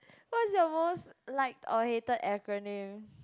what's your most liked or hated acronym